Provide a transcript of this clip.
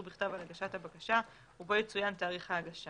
בכתב על הגשת הבקשה ובו יצוין תאריך ההגשה